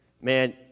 man